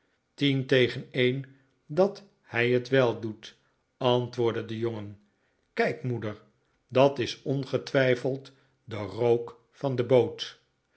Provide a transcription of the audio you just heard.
tien tegen een dat hij t wel doet antwoordde de jongen kijk moeder dat is ongetwijfeld de rook van de boot